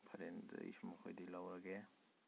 ꯐꯔꯦꯅꯦ ꯑꯗꯨꯗꯤ ꯑꯩꯁꯨ ꯃꯈꯣꯏꯗꯒꯤ ꯂꯧꯔꯒꯦ